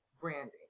branding